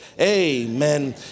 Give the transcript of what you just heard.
amen